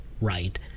right